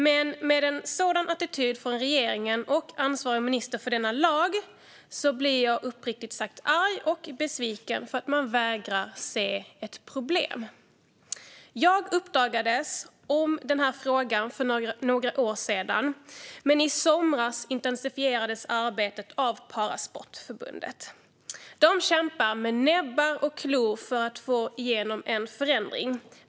Men en sådan attityd till denna lag hos regeringen och hos ansvarig minister gör mig uppriktigt sagt arg och besviken. Man vägrar att se ett problem. Jag uppmärksammades på frågan för några år sedan, men i somras intensifierade Svenska Parasportförbundet arbetet. De kämpar med näbbar och klor för att få till stånd en förändring.